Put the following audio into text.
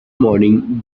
morning